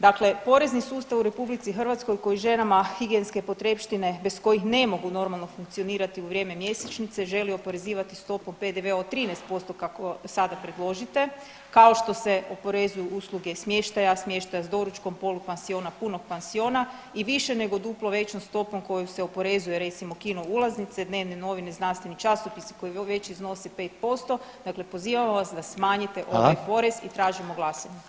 Dakle, porezni sustav u RH koji ženama higijenske potrepštine bez kojih ne mogu normalno funkcionirati u vrijeme mjesečnice želi oporezivati stopom PDV-a od 13% kako sada predložite kao što se oporezuju usluge smještaja, smještaja s doručkom, polupansiona, punog pansiona i više nego duplo većom stopom kojom se oporezuje recimo kino ulaznice, dnevne novine, znanstveni časopisi koji već iznose 5% dakle pozivamo vas da smanjite ovaj porez i tražimo glasanje.